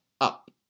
up